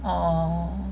orh